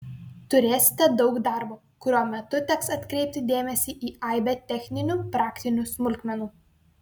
turėsite daug darbo kurio metu teks atkreipti dėmesį į aibę techninių praktinių smulkmenų